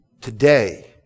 Today